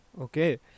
Okay